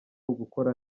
ugukora